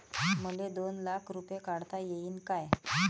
मले दोन लाख रूपे काढता येईन काय?